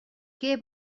què